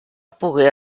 pogué